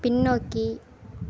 பின்னோக்கி